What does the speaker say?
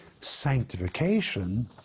sanctification